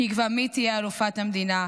שיקבע מי תהיה אלופת המדינה,